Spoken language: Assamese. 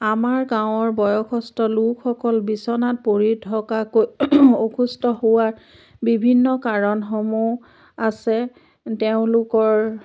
আমাৰ গাঁৱৰ বয়সস্থ লোকসকল বিচনাত পৰি থকাকৈ অসুস্থ হোৱাৰ বিভিন্ন কাৰণসমূহ আছে তেওঁলোকৰ